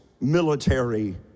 military